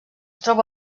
troba